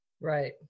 Right